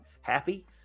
happy